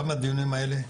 גם הדיונים האלה,